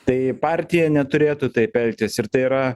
tai partija neturėtų taip elgtis ir tai yra